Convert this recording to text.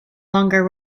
longer